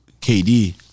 KD